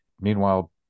meanwhile